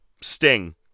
sting